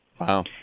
Wow